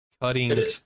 Cutting